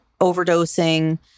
overdosing